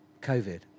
COVID